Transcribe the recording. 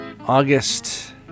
August